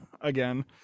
again